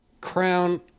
Crown